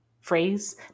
phrase